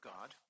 God